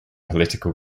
political